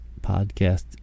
podcast